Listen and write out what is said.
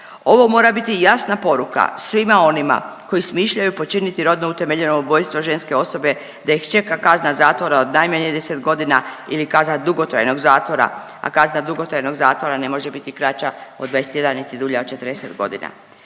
Ovo mora biti jasna poruka svima onima koji smišljaju počiniti rodno utemeljeno ubojstvo ženske osobe da ih čeka kazna zatvara od najmanje 10 godina ili kazna dugotrajnog zatvora, a kazna dugotrajnog zatvora ne može biti kraća od 21 niti dulja od 40 godina.